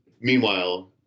Meanwhile